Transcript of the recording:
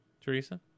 Teresa